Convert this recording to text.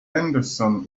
henderson